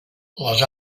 les